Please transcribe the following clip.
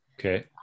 okay